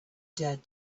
dared